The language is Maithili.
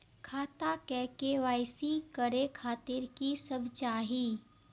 खाता के के.वाई.सी करे खातिर की सब चाही?